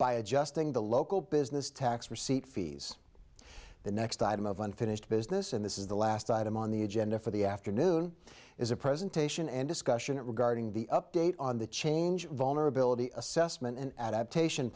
by adjusting the local business tax receipt fees the next item of unfinished business and this is the last item on the agenda for the afternoon is a presentation and discussion regarding the update on the change vulnerability assessment and adaptation